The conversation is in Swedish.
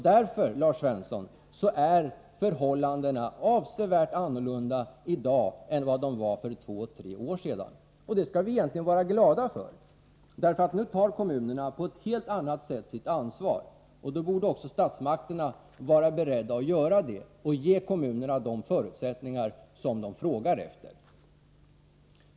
Därför, Lars Svensson, är förhållandena avsevärt annorlunda i dag jämfört med för två tre år sedan. Egentligen skall vi vara glada över det. Nu tar ju kommunerna sitt ansvar på ett helt annat sätt. Då borde också statsmakterna vara beredda att ge kommunerna de förutsättningar som de efterfrågar.